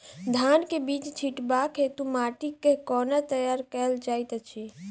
धान केँ बीज छिटबाक हेतु माटि केँ कोना तैयार कएल जाइत अछि?